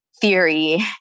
theory